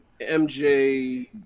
MJ